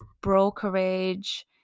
brokerage